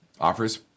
offers